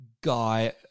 guy